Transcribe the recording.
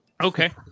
Okay